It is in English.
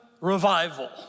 revival